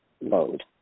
load